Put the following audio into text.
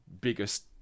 Biggest